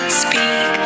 speak